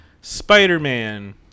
Spider-Man